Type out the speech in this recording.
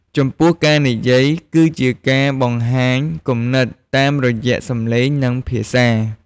ចំពោះ ការនិយាយ គឺជាការបង្ហាញគំនិតតាមរយៈសំឡេង និងភាសា។